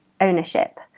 ownership